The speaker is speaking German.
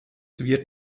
wird